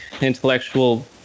intellectual